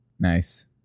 Nice